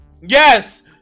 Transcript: Yes